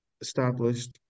established